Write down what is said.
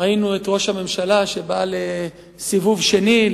ראינו את ראש הממשלה שבא לסיבוב שני,